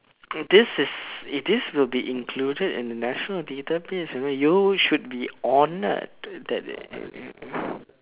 this is this will be included in the national database you know you should be honoured that